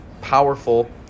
powerful